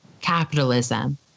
capitalism